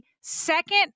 second